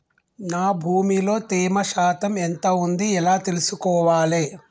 నా భూమి లో తేమ శాతం ఎంత ఉంది ఎలా తెలుసుకోవాలే?